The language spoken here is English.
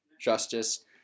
justice